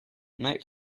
night